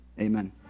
amen